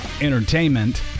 Entertainment